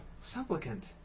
supplicant